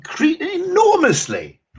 enormously